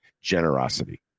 generosity